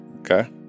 Okay